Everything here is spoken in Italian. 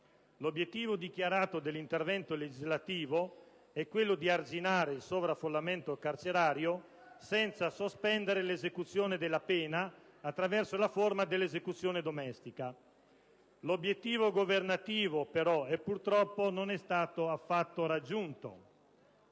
L'obiettivo dichiarato dell'intervento legislativo è quello di arginare il sovraffollamento carcerario senza sospendere l'esecuzione della pena attraverso la forma dell'esecuzione domestica. L'obiettivo governativo, però, non è stato purtroppo affatto raggiunto.